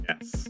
Yes